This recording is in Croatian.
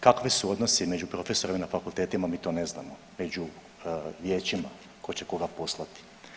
Kakvi su odnosi među profesorima na fakultetima mi to ne znamo, među vijećima tko će koga poslati.